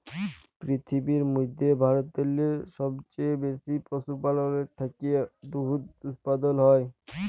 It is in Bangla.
পিরথিবীর ম্যধে ভারতেল্লে সবচাঁয়ে বেশি পশুপাললের থ্যাকে দুহুদ উৎপাদল হ্যয়